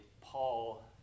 Paul